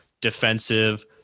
defensive